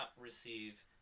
receive